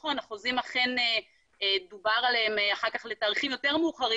אכן דובר בחוזים האלה לתאריכים יותר מאוחרים